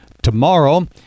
Tomorrow